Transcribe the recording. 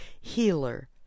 healer